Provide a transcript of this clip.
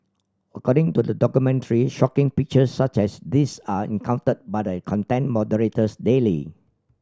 according to the documentary shocking pictures such as these are encountered by the content moderators daily